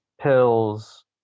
pills